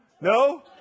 No